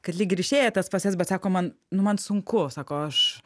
kad lyg ir išėjo tas fazes sako man nu man sunku sako aš